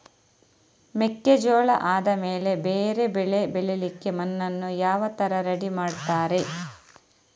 ಮೆಕ್ಕೆಜೋಳ ಆದಮೇಲೆ ಬೇರೆ ಬೆಳೆ ಬೆಳಿಲಿಕ್ಕೆ ಮಣ್ಣನ್ನು ಯಾವ ತರ ರೆಡಿ ಮಾಡ್ತಾರೆ?